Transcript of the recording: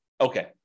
okay